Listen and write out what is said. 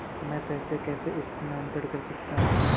मैं पैसे कैसे स्थानांतरण कर सकता हूँ?